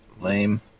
Lame